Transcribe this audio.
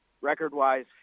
record-wise